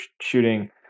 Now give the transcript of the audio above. shooting